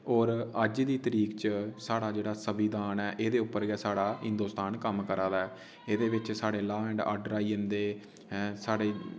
और अज दी तरीक च साढ़ा जेह्ड़ा सविदान ऐ एह्दे उप्पर गे साढ़ा हिन्दोस्तान कम्म करा दा ऐ एह्दे बिच साढ़े ला एंड आर्डर आई अंदे साढ़ी